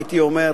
הייתי אומר,